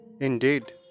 Indeed